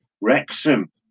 Wrexham